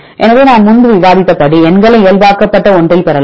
எனவே நான் முன்பு விவாதித்தபடி எண்களை இயல்பாக்கப்பட்ட ஒன்றில் பெறலாம்